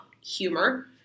humor